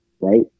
right